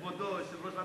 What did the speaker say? זו לא פעם